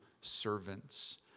servants